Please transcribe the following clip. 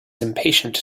impatient